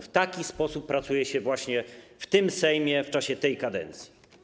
W taki sposób pracuje się właśnie w Sejmie w czasie tej kadencji.